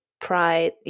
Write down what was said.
pride